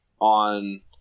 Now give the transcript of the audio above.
on